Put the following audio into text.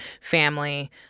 family